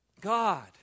God